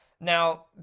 now